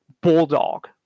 bulldog